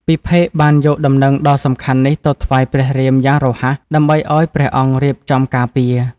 ពិភេកបានយកដំណឹងដ៏សំខាន់នេះទៅថ្វាយព្រះរាមយ៉ាងរហ័ស ដើម្បីឲ្យព្រះអង្គរៀបចំការពារ។